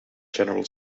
general